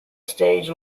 stage